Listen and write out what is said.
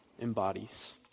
embodies